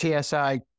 TSI